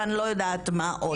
ואני לא יודעת מה עוד.